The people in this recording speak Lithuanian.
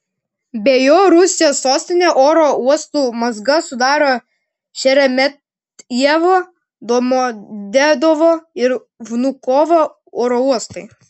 be jo rusijos sostinės oro uostų mazgą sudaro šeremetjevo domodedovo ir vnukovo oro uostai